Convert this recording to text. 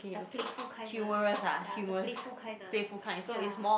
the playful kind lah ya the playful kind ah ya